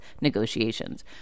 negotiations